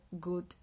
good